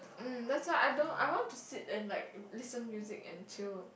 mm that's why I don't I want to sit and like listen music and chill